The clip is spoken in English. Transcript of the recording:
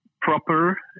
proper